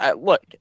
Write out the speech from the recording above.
look